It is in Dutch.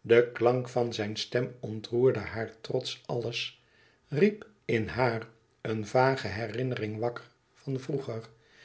de klank van zijn stem ontroerde haar trots alles riep in haar een vage herinnering wakker van vroeger